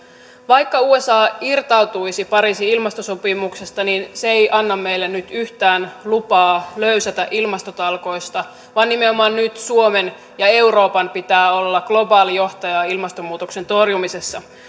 vaikka usa irtautuisi pariisin ilmastosopimuksesta niin se ei anna meille nyt yhtään lupaa löysätä ilmastotalkoista vaan nimenomaan nyt suomen ja euroopan pitää olla globaali johtaja ilmastonmuutoksen torjumisessa